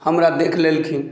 हमरा देख लेलखिन